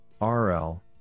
RL